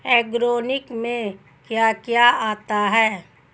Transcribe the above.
Organic में क्या क्या आता है?